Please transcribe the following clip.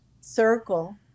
circle